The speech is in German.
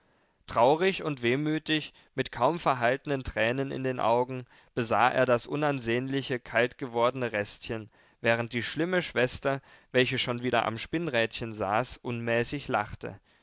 traurig und wehmütig mit kaum verhaltenen tränen in den augen besah er das unansehnliche kaltgewordene restchen während die schlimme schwester welche schon wieder am spinnrädchen saß unmäßig lachte